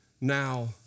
now